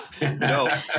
no